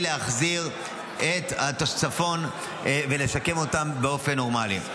להחזיר את הצפון ולשקם אותם באופן נורמלי.